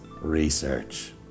research